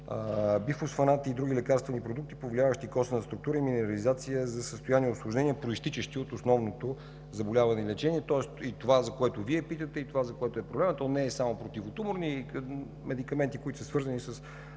бифосфонати и други лекарствени продукти, повлияващи костната структура и минерализация за състояния и усложнения, произтичащи от основното заболяване и лечение. Тоест и това, за което Вие питате, и това, за което е проблемът, то не са само противотуморни, и медикаменти, свързани с,